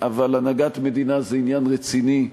אבל הנהגת מדינה זה עניין רציני.